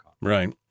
Right